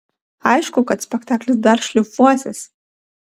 aišku kad spektaklis dar šlifuosis